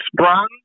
sprung